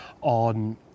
on